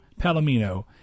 Palomino